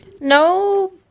No